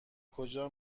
کجا